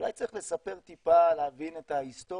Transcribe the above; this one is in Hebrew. אולי צריך לספר טיפה להבין את ההיסטוריה